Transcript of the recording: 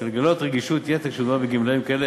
לגלות רגישות יתר כשמדובר בגמלאים כאלה.